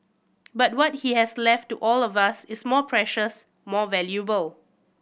but what he has left to all of us is more precious more valuable